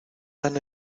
tan